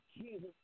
Jesus